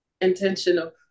intentional